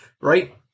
right